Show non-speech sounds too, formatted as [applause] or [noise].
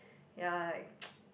ya like [noise]